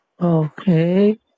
Okay